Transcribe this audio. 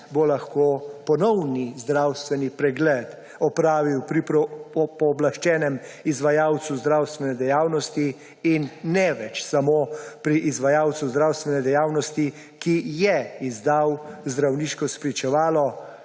bo lahko ponovni zdravstveni pregled opravil pri pooblaščenem izvajalcu zdravstvene dejavnosti in ne več samo pri izvajalcu zdravstvene dejavnosti, ki je izdal zdravniško spričevalo,